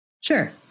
Sure